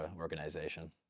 organization